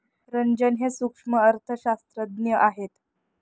रंजन हे सूक्ष्म अर्थशास्त्रज्ञ आहेत